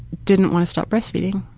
didn't want to stop breastfeeding.